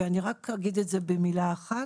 ואני רק אגיד במילה אחת,